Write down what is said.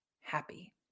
happy